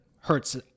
hurts